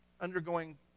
undergoing